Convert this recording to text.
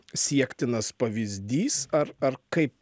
siektinas pavyzdys ar ar kaip